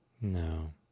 No